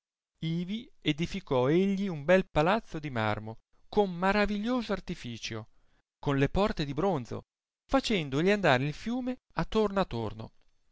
ivi edificò egli un bel palazzo di marmo con maraviglioso artificio con le porte di bronzo facendogli andare il fiume a torno